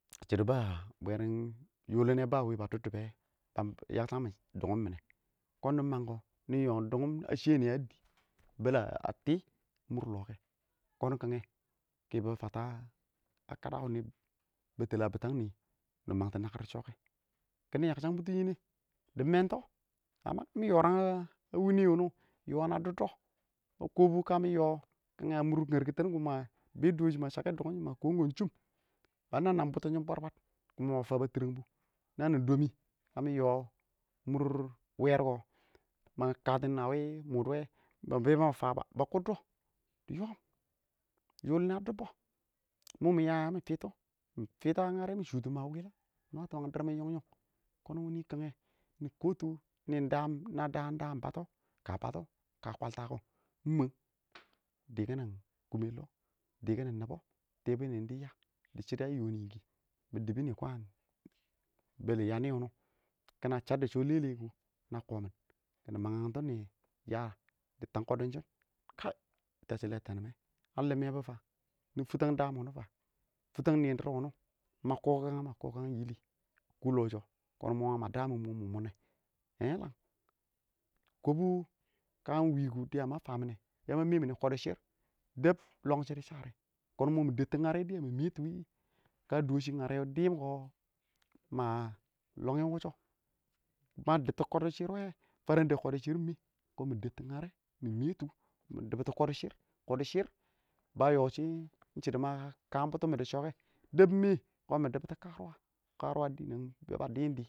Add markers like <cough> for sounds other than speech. chido-ba bwɛrin yʊlʊnɛ <unintelligible> dʊddʊbɛ ba yakshank mɪn dʊ shɪdɔ mimɛ kʊn nɪ mang ko nɪ yoo dʊngʊm a shɛnɛ a dɪ a bɛlɛ a ti a mʊr lo kʊn kingnɛ fata kədə wani bɛttɛlɪ a bɪn m magto nakɪr dɪ shokɛ kɪni yakshan bʊtʊn nɪyɛ dɪ mɛnto ba nab yɔrɛng a wʊm wʊm wo na yakshang dɔ ma kobs kə ma dʊb dɔshɪ ma kom kom dis ʊry shɪn shʊm a nɛw bʊtʊm shʊn bwalɔ bwat ma fan ba trɛng bʊ na bɪ domi kamɪ yo a mʊr wɛrko ma katin a wɪ mʊdo wɛ ma bɛɛ ma fa ba kʊddo dɪ yoom yʊlinɛ a dʊbbo mʊ miya yamʊ fito a nɛar mʊ shʊtʊn wʊla mʊ mwato wang dir mɪn yʊng yʊng kʊn wim kong nɛ mʊ kotʊ mɪ na dɛam dɛam bato ɪng bato ɪng kə kwaltako ɪng mwɛng dikin kʊsmin loh ɪng dɪm kɪnɪ nɪbɔ dɪ binɛry dɪ ya ayo miki bɪ dibim dikwan yilyam wsm wo kana chaddʊ sho lɛcɛ kʊ kɪ na komi mɪ maagto nɪ ya dɪ tang kodon shʊn <hesitation> tɛshi lɛ tɛnmɛ? a lɪmmɛ bo fan futang daam wani fan fatan mʊn dir wʊni, ma kokang ma kokang nili? kʊ lɔ sho kɔn mo ma da mon konnɛh obrʊ kɪma wɪ kʊ ma fammɛ yamɛ mɛmim kodoshir dɛb long mɛmi nɪ kodoshir dɛb long shidʊ share kʊn diyɛ mɪ dɛbtɔ ngarɛ mɪ mɛɛ tʊwn kə dishin ngarɛ wo diim kɪ ma longɪm nɛh wʊssho? ma bito koda shɪrr wɛ, farɛn my dɛb kodɔ shɪrr mɪ kʊn mɪ dɛbtʊ ngarɛ mɪ mɛtɔ mɪ dɛbtʊ ngarɛ mɪ mɛtɔ mɪ doshɪ ngarɛ wɔ diim kɔ, ma lɔngɛ ɪng wʊshɔ, ma dʊbʊ kɔdɔshɪr, faram dɛb a wɪ kɔdɔshɪr ɪng mɛ.mɪ dɛb tʊ ngarɛ mɪ mɛtɔ, mɪ dʊbʊtʊ a wɪ kɔdɔshɪr, kɔdɔshɪir, ba yɔ shɪ ing shɪdɔ ma kam bʊtʊ dɪ shɔ kɛ, dɛb ɪng mɛ kɔn mɪ dʊbʊtʊ karʊwa, karuwa dɪ dɪngannɪ, bɛ ba dɪm dɪm.